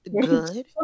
good